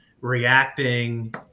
reacting